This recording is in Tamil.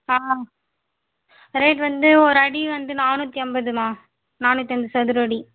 ஆ ரேட் வந்து ஒரு அடி வந்து நானூற்றி ஐம்பதும்மா நானூத்தஞ்சு சதுர அடி